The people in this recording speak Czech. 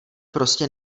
prostě